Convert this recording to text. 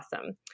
awesome